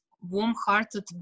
warm-hearted